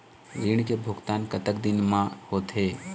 ऋण के भुगतान कतक दिन म होथे?